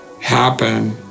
happen